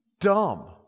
dumb